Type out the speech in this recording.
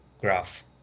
graph